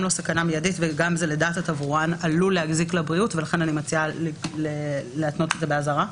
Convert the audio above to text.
אני מציעה להתנות את זה באזהרה.